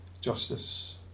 justice